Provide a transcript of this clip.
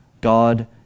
God